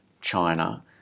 China